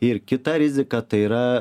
ir kita rizika tai yra